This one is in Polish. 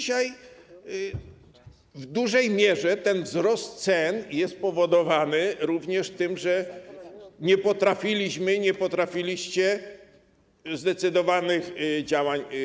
Dzisiaj w dużej mierze ten wzrost cen jest powodowany również tym, że nie potrafiliśmy, nie potrafiliście podjąć zdecydowanych działań.